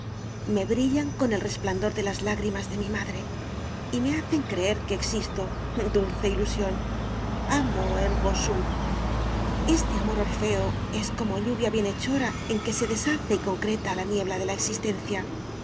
me brillan con el resplandor de las lágrimas de mi madre y me hacen creer que existo dulce ilusión amo ergo sum este amor orfeo es como lluvia bienhechora en que se deshace y concreta la niebla de la existencia